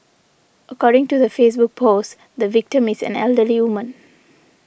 according to the Facebook post the victim is an elderly woman